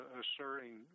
asserting